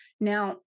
Now